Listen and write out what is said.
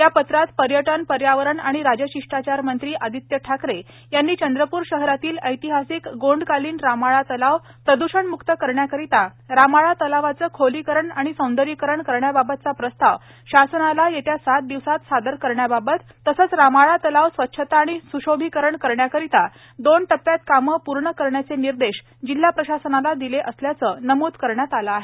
या पत्रात पर्यटन पर्यावरण आणि राजशिष्टाचार मंत्री आदित्य ठाकरे यांनी चंद्रपुर शहरातील ऐतिहासिक गोंडकालीन रामाळा तलाव प्रद्वषणमुक्त करण्याकरिता रामाळा तलावाचे खोलीकरण आणि सौंदर्यीकरण करण्याबाबतचा प्रस्ताव शासनास येत्या सात दिवसात सादर करण्याबाबत तसेच रामाळा तलाव स्वच्छता आणि स्शोभीकरण करण्याकरिता दोन टप्यात कामे पूर्ण करण्याचे निर्देश जिल्हा प्रशासनाला दिले असल्याचे नमूद करण्यात आले आहे